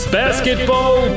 basketball